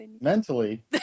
Mentally